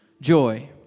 joy